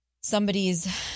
somebody's